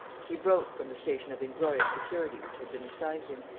he broke from the station of inglorious security which had been assigned him,